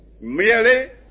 merely